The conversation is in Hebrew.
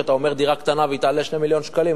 כשאתה אומר דירה קטנה והיא תעלה 2 מיליון שקלים,